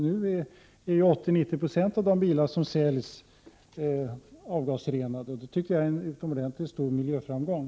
85—90 96 av de bilar som säljs i dag har avgasrening, och det är en utomordentligt stor miljöframgång.